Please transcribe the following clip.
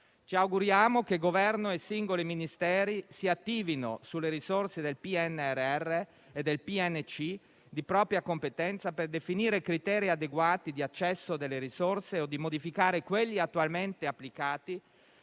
Ci auguriamo che Governo e singoli Ministeri si attivino sulle risorse del PNRR e del PNC di propria competenza per definire criteri adeguati di accesso alle risorse o di modificare quelli attualmente applicati